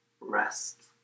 rest